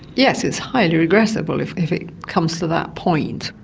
yes, it's highly regrettable if if it comes to that point.